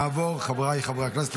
חבריי חברי הכנסת,